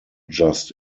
just